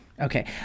okay